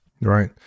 Right